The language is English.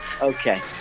Okay